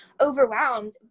overwhelmed